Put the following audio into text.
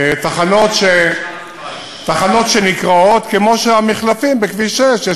תחנות שנקראות, כמו שבמחלפים בכביש 6 יש